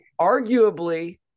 Arguably